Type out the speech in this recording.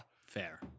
Fair